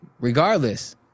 regardless